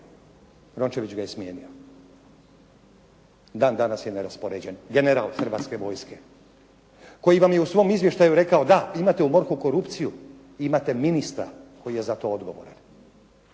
Rončević ga je smijenio. Dan danas je neraspoređen, general Hrvatske vojske. Koji vam je u svom izvještaju rekao, da imate u MORH-u korupciju, imate ministra koji je to za odgovoran.